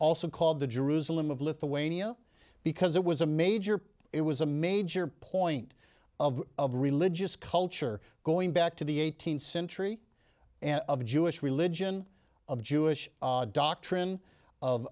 also called the jerusalem of lithuania because it was a major it was a major point of of religious culture going back to the eighteenth century and of jewish religion of jewish doctrine of